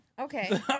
Okay